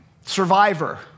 Survivor